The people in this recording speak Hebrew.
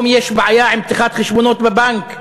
או אם יש בעיה עם פתיחת חשבונות בבנק,